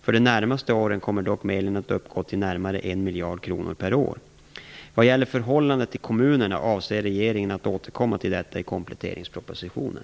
För de närmaste åren kommer dock medlen att uppgå till närmare 1 miljard kronor per år. Vad gäller förhållandet till kommunerna avser regeringen att återkomma till detta i kompletteringspropositionen.